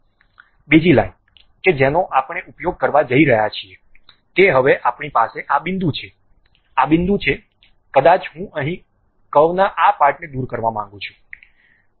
બીજી લાઇન કે જેનો આપણે ઉપયોગ કરવા જઈ રહ્યા છીએ તે હવે આપણી પાસે આ બિંદુ છે આ બિંદુ છે કદાચ હું અહીં કર્વના આ પાર્ટને દૂર કરવા માંગુ છું